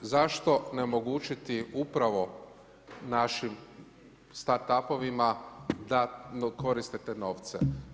Zašto ne omogućiti upravo našim startupo-vima da koriste te novce.